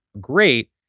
great